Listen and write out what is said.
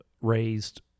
raised